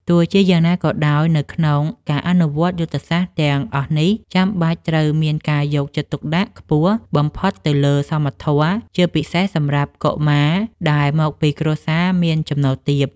ទោះជាយ៉ាងណាក៏ដោយ នៅក្នុងការអនុវត្តយុទ្ធសាស្ត្រទាំងអស់នេះ ចាំបាច់ត្រូវមានការយកចិត្តទុកដាក់ខ្ពស់បំផុតទៅលើសមធម៌ ជាពិសេសសម្រាប់កុមារដែលមកពីគ្រួសារមានចំណូលទាប។